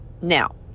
Now